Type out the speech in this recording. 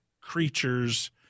creatures